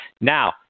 Now